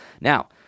Now